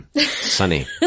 sunny